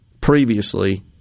previously